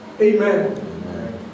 Amen